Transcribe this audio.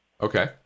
Okay